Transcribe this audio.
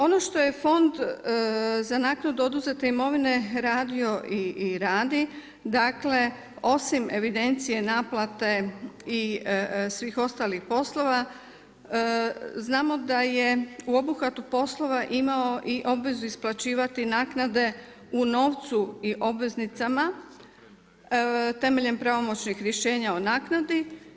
Ono što je Fond za naknadu oduzete imovine radio i radi, dakle osim evidencije naplate i svih ostalih poslova, znamo da je u obuhvatu poslova imao i obvezu isplaćivati naknade u novcu i obveznicama, temeljem pravomoćnih rješenja o naknadi.